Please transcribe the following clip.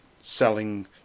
selling